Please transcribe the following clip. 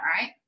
Right